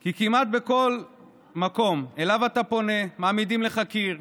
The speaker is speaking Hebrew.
כי כמעט בכל מקום שאליו אתה פונה מעמידים לך קיר: